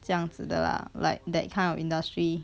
这样子的 lah like that kind of industry